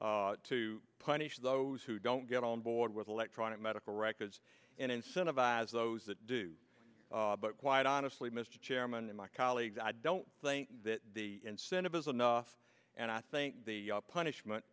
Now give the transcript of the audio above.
stick to punish those who don't get on board with electronic medical records and incentivize those that do but quite honestly mr chairman and my colleagues i don't think that the incentive is enough and i think the punishment